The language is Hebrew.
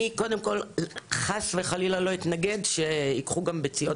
אני קודם כל חס וחלילה לא אתנגד שייקחו גם ביציות